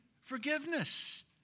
forgiveness